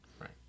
Right